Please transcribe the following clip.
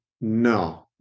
no